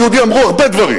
על העם היהודי אמרו הרבה דברים,